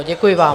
Děkuji vám.